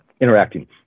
interacting